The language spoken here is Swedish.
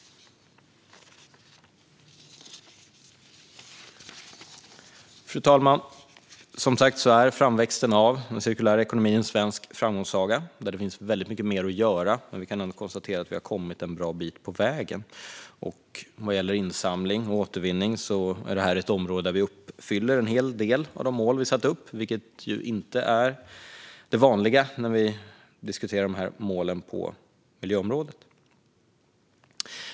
Fru talman! Framväxten av en cirkulär ekonomi är en svensk framgångssaga där det finns väldigt mycket mer att göra. Men vi kan ändå konstatera att vi har kommit en bra bit på vägen. Vad gäller insamling och återvinning är det ett område där vi uppfyller en hel del av de mål vi satt upp, vilket inte är det vanliga när vi diskuterar målen på miljöområden.